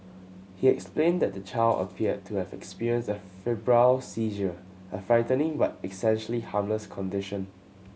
he explained that the child appeared to have experienced a febrile seizure a frightening but essentially harmless condition